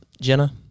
jenna